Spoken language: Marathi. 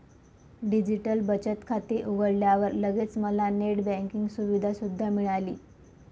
डिजिटल बचत खाते उघडल्यावर लगेच मला नेट बँकिंग सुविधा सुद्धा मिळाली